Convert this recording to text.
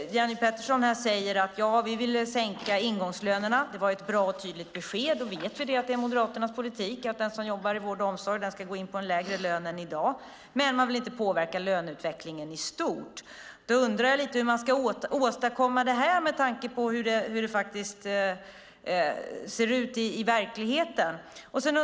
Jenny Petersson säger: Ja, vi vill sänka ingångslönerna. Det var ett tydligt besked. Då vet vi att det är Moderaternas politik att den som jobbar i vård och omsorg ska gå in på en lägre lön än i dag, men man vill inte påverka löneutvecklingen i stort. Då undrar jag lite hur man ska åstadkomma det här med tanke på hur det ser ut i verkligheten.